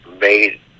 made